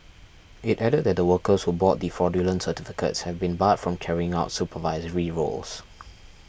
it added that the workers who bought the fraudulent certificates have been barred from carrying out supervisory roles